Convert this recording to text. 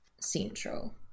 central